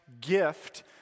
GIFT